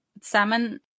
Salmon